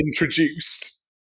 introduced